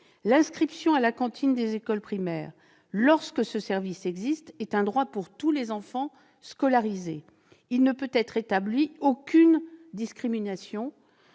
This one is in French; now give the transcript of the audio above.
L'inscription à la cantine des écoles primaires, lorsque ce service existe, est un droit pour tous les enfants scolarisés. Il ne peut être établi aucune discrimination